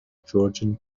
georgian